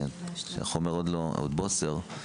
והחומר הוא עדיין בוסר.